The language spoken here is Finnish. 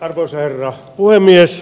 arvoisa herra puhemies